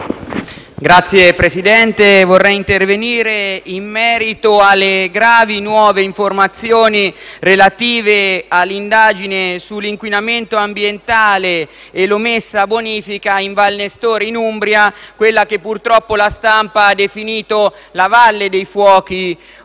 Signor Presidente, vorrei intervenire in merito alle gravi, nuove informazioni relative all'indagine sull'inquinamento ambientale e l'omessa bonifica in Valnestore, in Umbria, quella che purtroppo la stampa ha definito «la valle dei fuochi umbra».